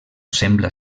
sembla